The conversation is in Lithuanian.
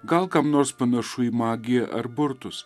gal kam nors panašu į magiją ar burtus